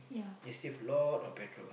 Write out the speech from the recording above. you save a lot of petrol